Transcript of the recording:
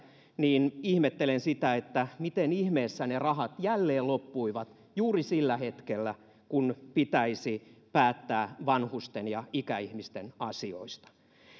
niin ihmettelen sitä miten ihmeessä ne rahat jälleen loppuivat juuri sillä hetkellä kun pitäisi päättää vanhusten ja ikäihmisten asioista